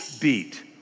beat